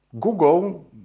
Google